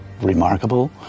Remarkable